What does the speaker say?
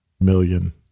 million